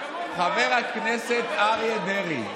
חבר הכנסת אריה דרעי,